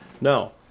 No